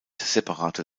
separate